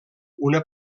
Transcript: una